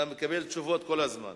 אתה מקבל תשובות כל הזמן.